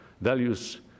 values